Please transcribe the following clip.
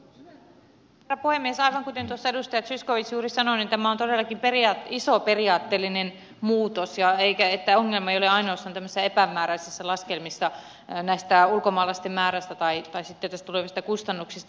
aivan kuten tuossa edustaja zyskowicz juuri sanoi niin tämä on todellakin iso periaatteellinen muutos eikä ongelma ole ainoastaan tämmöisissä epämääräisissä laskelmissa ulkomaalaisten määrästä tai näistä tulevista kustannuksista